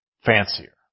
Fancier